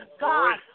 God